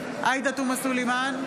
בעד עאידה תומא סלימאן,